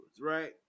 right